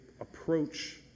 approach